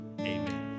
amen